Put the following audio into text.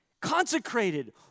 consecrated